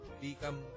become